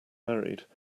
married